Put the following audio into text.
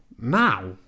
now